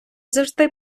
завжди